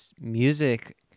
music